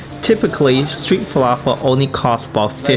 typically street falafel only cost but